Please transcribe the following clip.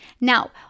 Now